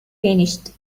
finished